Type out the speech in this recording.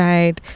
Right